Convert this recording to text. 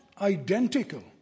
identical